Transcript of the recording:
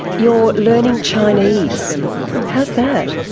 you're learning chinese how's that?